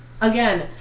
again